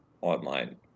online